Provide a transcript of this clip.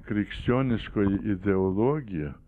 krikščioniškoji ideologija